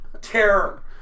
terror